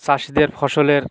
চাষিদের ফসলের